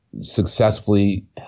successfully